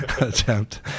attempt